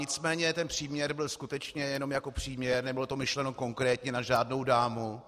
Nicméně ten příměr byl skutečně jenom jako příměr, nebylo to myšleno konkrétně na žádnou dámu.